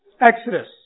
Exodus